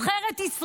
לנבחרת ישראל.